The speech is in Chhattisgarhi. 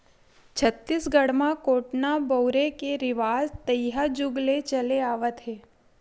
छत्तीसगढ़ म कोटना बउरे के रिवाज तइहा जुग ले चले आवत हे